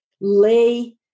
lay